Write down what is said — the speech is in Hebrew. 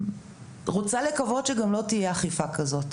רוצה לקוות שגם לא תהיה אכיפה כזאת.